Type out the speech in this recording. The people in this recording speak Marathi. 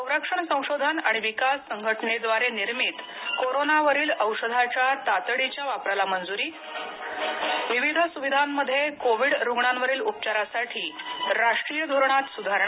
संरक्षण संशोधन आणि विकास संघटनेद्वारे निर्मित कोरोनावरील औषधाच्या तातडीच्या वापराला मंजुरी विविध सुविधांमध्ये कोविड रुग्णांवरील उपचारासाठी राष्ट्रीय धोरणात सुधारणा